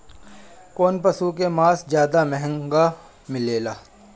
कौन पशु के मांस ज्यादा महंगा मिलेला?